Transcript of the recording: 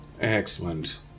Excellent